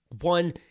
one